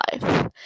life